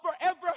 forever